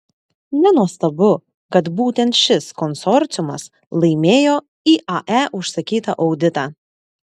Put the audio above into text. nenuostabu kad būtent šis konsorciumas laimėjo iae užsakytą auditą